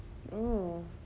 oh